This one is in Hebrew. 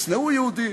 ישנאו יהודים,